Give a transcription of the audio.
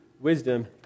wisdom